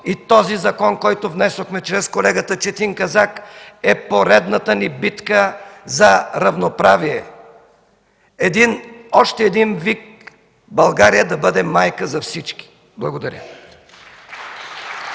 и този закон, който внесохме чрез колегата Четин Казак, е поредната ни битка за равноправие, още един вик България да бъде майка за всички. Благодаря.